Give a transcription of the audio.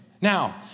Now